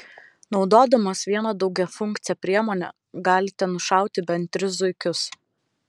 naudodamos vieną daugiafunkcę priemonę galite nušauti bent tris zuikius